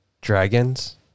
dragons